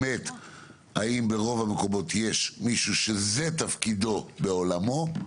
האם ברוב המקומות יש מישהו שזה תפקידו ועולמו.